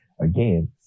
again